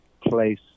place